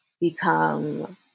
become